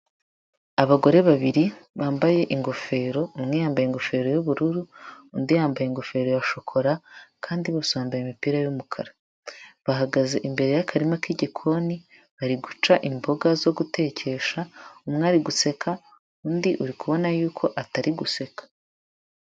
Abagore babiri bambaye ingofero, umwe yambaye ingofero y'ubururu, undi yambaye ingofero ya shokora, kandi bose bambaye imipira y'umukara. Bahagaze imbere y'akarima k'igikoni bari guca imboga zo gutekesha, umwe ari guseka, undi uri kubona yuko atari guseka.